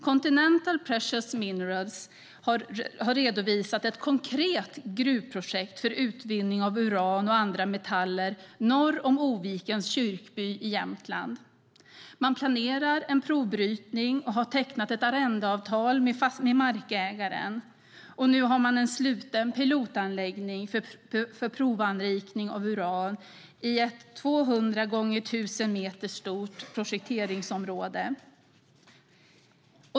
Continental Precious Minerals har redovisat ett konkret gruvprojekt för utvinning av uran och andra metaller norr om Ovikens kyrkby i Jämtland. Man planerar en provbrytning och har tecknat ett arrendeavtal med markägaren. Nu har man en sluten pilotanläggning för provanrikning av uran i ett 200 gånger 1 000 meter stort projekteringsområde.